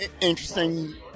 interesting